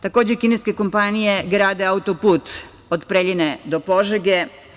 Takođe, kineske kompanije grade autoput od Preljine do Požege.